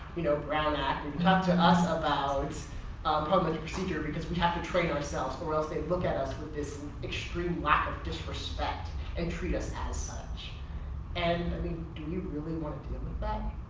you know brown act. you can talk to us about parliamentary procedure because we have to train ourselves or else they look at us with this extreme lack of disrespect and treat us as such and do you really want to deal and with that?